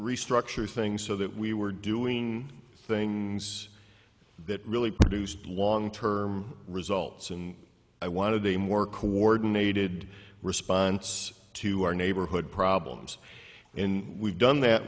restructure things so that we were doing things that really produced long term results and i wanted a more coordinated response to our neighborhood problems in we've done that